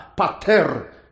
Pater